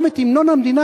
גם את המנון המדינה,